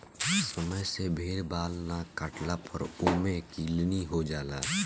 समय से भेड़ बाल ना काटला पर ओमे किलनी हो जाला